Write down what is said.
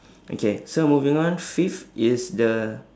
okay so moving on fifth is the